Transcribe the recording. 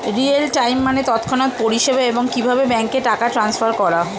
real time মানে তৎক্ষণাৎ পরিষেবা, এবং কিভাবে ব্যাংকে টাকা ট্রান্সফার করা